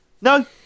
No